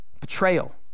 betrayal